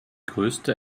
größte